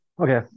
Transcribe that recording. okay